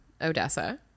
Odessa